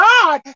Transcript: God